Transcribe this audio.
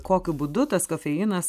kokiu būdu tas kofeinas